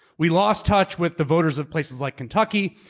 we lost touch with the voters of places like kentucky.